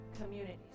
communities